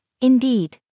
indeed